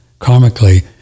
karmically